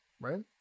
right